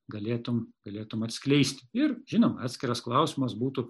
galėtum galėtum atskleisti ir žinoma atskiras klausimas būtų